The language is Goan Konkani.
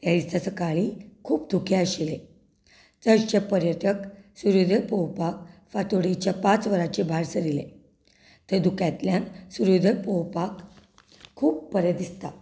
तया दिसा सकाळीं खूब धुकें आशिल्लें चडशे पर्यटक सुर्योदय पळोवपाक फांतोडेच्या पांच वरांचेर भायर सरिल्ले थंय धुक्यांतल्यान सुर्योदय पळोवपाक खूब बरें दिसता